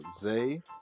Zay